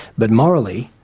but morally,